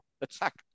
attack